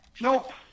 nope